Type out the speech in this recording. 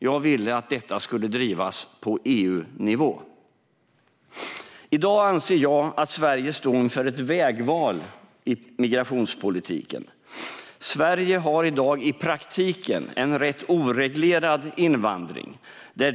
Jag ville att detta skulle drivas på EU-nivå. I dag anser jag att Sverige står inför ett vägval i migrationspolitiken. Sverige har i dag i praktiken en rätt oreglerad invandring.